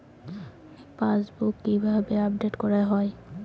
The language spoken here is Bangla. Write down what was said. পাশবুক কিভাবে আপডেট করা হয়?